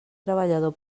treballador